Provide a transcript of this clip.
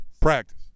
Practice